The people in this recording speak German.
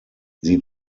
sie